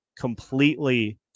completely